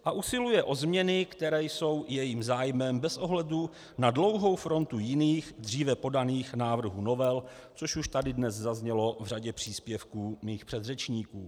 A usiluje o změny, které jsou jejím zájmem bez ohledu na dlouhou frontu jiných, dříve podaných návrhů novel, což už tady dnes zaznělo v řadě příspěvků mých předřečníků.